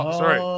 sorry